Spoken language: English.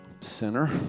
Sinner